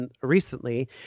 recently